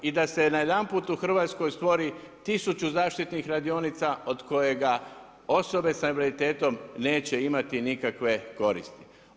I da se najedanput u Hrvatskoj stvori tisuću zaštitnih radionica od kojega osobe sa invaliditetom neće imati nikakve koristi.